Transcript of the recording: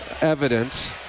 evidence